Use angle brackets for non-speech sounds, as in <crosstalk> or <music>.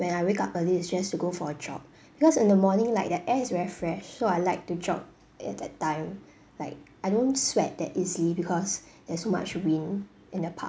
when I wake up early it's just to go for a jog <breath> because in the morning like the air is very fresh so I like to jog at that time <breath> like I don't sweat that easily because <breath> there's so much wind in the park